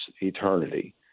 eternity